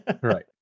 Right